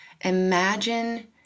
Imagine